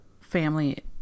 family